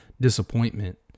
disappointment